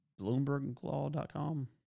BloombergLaw.com